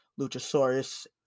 Luchasaurus